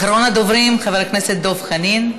אחרון הדוברים, חבר הכנסת דב חנין,